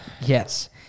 Yes